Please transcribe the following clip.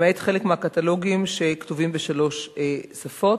למעט חלק מהקטלוגים, שכתובים בשלוש שפות.